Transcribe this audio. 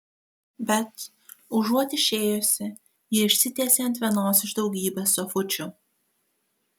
bet užuot išėjusi ji išsitiesė ant vienos iš daugybės sofučių